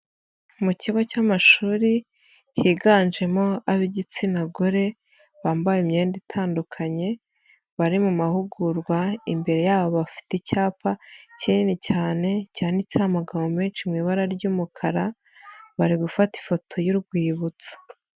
Mu kigo cy'amashuri higanjemo ab'igitsina gore bambaye imyenda itandukanye bari mu mahugurwa, imbere yabo bafite icyapa kinini cyane cyanitseho amagambo menshi mu ibara ry'umukara bari gufata ifoto y'urwibutso.